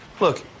Look